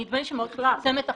למה שהקופה של המדינה תממן את זה?